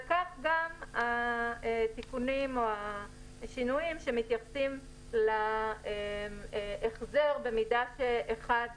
וכך גם התיקונים או השינויים שמתייחסים להחזר במידה שאחד